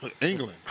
England